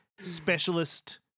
specialist